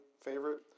favorite